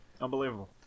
Unbelievable